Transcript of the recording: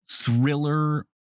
thriller